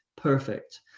perfect